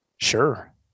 Sure